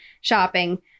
shopping